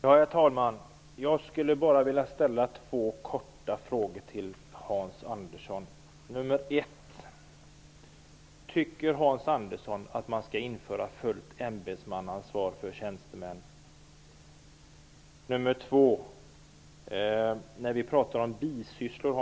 Herr talman! Jag vill bara ställa två korta frågor till 1. Tycker Hans Andersson att man skall införa fullt ämbetsmannaansvar för tjänstemän? 2. Vi talar om bisysslor.